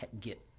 get